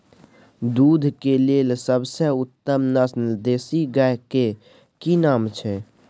दूध के लेल सबसे उत्तम नस्ल देसी गाय के की नाम छै?